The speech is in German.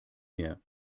mehr